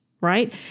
right